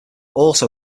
also